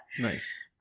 Nice